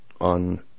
on